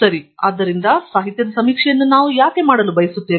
ಸರಿ ಆದ್ದರಿಂದ ಸಾಹಿತ್ಯದ ಸಮೀಕ್ಷೆಯನ್ನು ನಾವು ಯಾಕೆ ಮಾಡಲು ಬಯಸುತ್ತೇವೆ